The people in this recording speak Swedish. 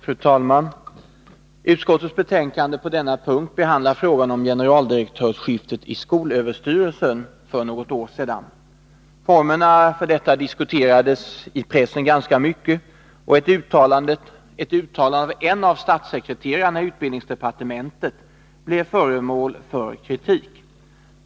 Fru talman! Utskottets betänkande på denna punkt behandlar frågan om generaldirektörsskiftet i skolöverstyrelsen för något år sedan. Formerna för detta diskuterades i pressen ganska mycket, och ett uttalande av en av statssekreterarna i utbildningsdepartementet blev föremål för kritik.